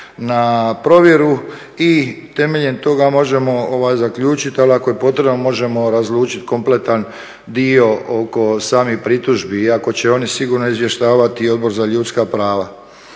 na provjeru i temeljem toga možemo zaključiti, ali ako je potrebno možemo razlučiti kompletan dio oko samih pritužbi, iako će oni sigurno izvještavati Odbor za ljudska prava.